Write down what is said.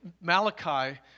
Malachi